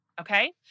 okay